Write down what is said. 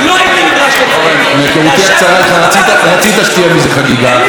היושב-ראש, היושב-ראש.